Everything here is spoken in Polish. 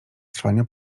trwania